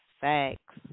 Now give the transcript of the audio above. Thanks